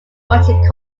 budget